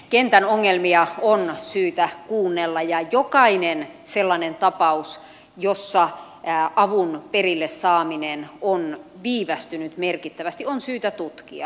kentän ongelmia on syytä kuunnella ja jokainen sellainen tapaus jossa avun perillesaaminen on viivästynyt merkittävästi on syytä tutkia